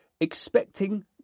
expecting